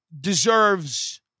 deserves